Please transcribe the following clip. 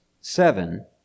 seven